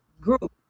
group